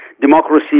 democracy